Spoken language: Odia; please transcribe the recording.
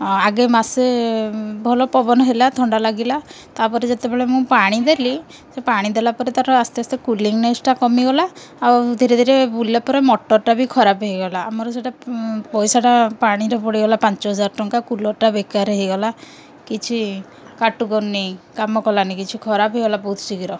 ଆଗେ ମାସେ ଭଲ ପବନ ହେଲା ଥଣ୍ଡା ଲାଗିଲା ତା'ପରେ ଯେତେବେଳେ ମୁଁ ପାଣି ଦେଲି ସେ ପାଣି ଦେଲା ପରେ ତା'ର ଆସ୍ତେ ଆସ୍ତେ କୁଲିଙ୍ଗନେସ୍ଟା କମିଗଲା ଆଉ ଧୀରେ ଧୀରେ ବୁଲିଲା ପରେ ମଟର୍ଟା ବି ଖରାପ ହେଇଗଲା ଆମର ସେଇଟା ପଇସାଟା ପାଣିରେ ପଡ଼ିଗଲା ପାଞ୍ଚ ହଜାର ଟଙ୍କା କୁଲର୍ଟା ବେକାର ହେଇଗଲା କିଛି କାଟୁ କରନି କାମ କଲାନି କିଛି ଖରାପ ହେଇଗଲା ବହୁତ ଶୀଘ୍ର